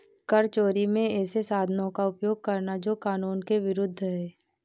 कर चोरी में ऐसे साधनों का उपयोग करना जो कानून के विरूद्ध है